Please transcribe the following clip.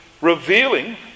revealing